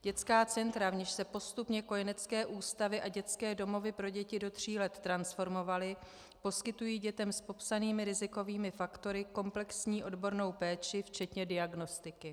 Dětská centra, v něž se postupně kojenecké ústavy a dětské domovy pro děti do tří let transformovaly, poskytují dětem s popsanými rizikovými faktory komplexní odbornou péči včetně diagnostiky.